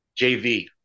JV